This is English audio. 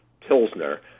Pilsner